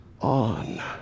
on